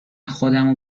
خودمو